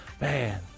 Man